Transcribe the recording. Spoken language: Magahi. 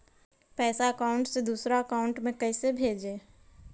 पैसा अकाउंट से दूसरा अकाउंट में कैसे भेजे?